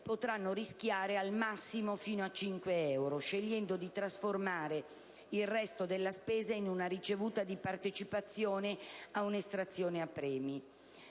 potranno rischiare al massimo fino a cinque euro, scegliendo di trasformare il resto della spesa in una ricevuta di partecipazione a una estrazione a premi.